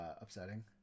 upsetting